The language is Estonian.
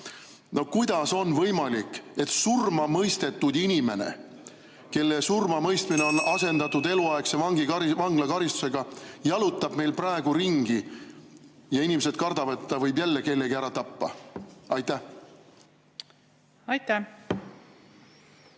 kuidas on võimalik, et surmamõistetud inimene, kelle surmamõistmine on asendatud eluaegse vanglakaristusega, jalutab meil praegu ringi ja inimesed kardavad, et ta võib jälle kellegi ära tappa? Aitäh!